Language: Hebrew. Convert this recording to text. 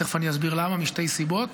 תכף אסביר למה, משתי סיבות,